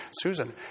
Susan